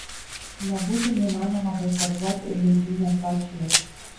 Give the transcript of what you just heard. nebūtų neįmanoma boikotuoti ir žaidynes sočyje